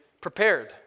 prepared